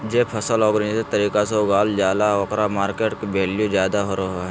जे फसल ऑर्गेनिक तरीका से उगावल जा हइ ओकर मार्केट वैल्यूआ ज्यादा रहो हइ